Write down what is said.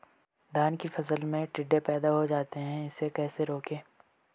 धान की फसल में टिड्डे पैदा हो जाते हैं इसे कैसे रोकें?